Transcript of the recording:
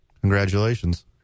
Congratulations